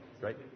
right